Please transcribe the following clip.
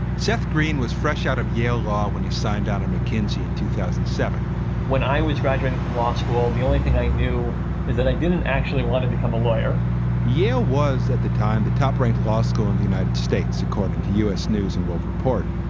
seth green was fresh out of yale law when he signed down on mckinsey in two thousand and when i was graduating from law school, the only thing i knew is that i didn't actually want to become a lawyer yale was at the time the top ranked law school in the united states, according to u s. news and world report.